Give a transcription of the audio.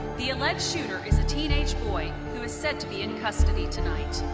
the alleged shooter is a teenage boy, who is said to be in custody tonight.